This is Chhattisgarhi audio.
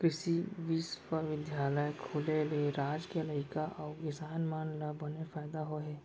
कृसि बिस्वबिद्यालय खुले ले राज के लइका अउ किसान मन ल बने फायदा होय हे